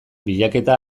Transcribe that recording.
bilaketa